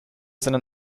seinen